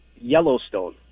Yellowstone